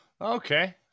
Okay